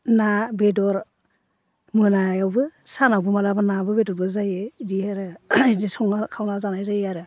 ना बेदर मोनायावबो सानावबो माब्लाबा नाबो बेदरबो जायो इदि आरो इदि संना जानाय जायो आरो